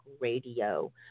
Radio